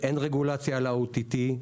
אין רגולציה על ה-OTT.